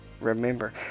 remember